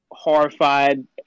horrified